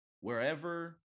wherever